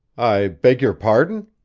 i beg your pardon?